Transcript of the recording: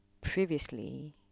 previously